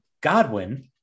Godwin